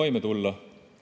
toime tulla. Mis